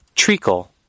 treacle